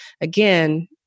again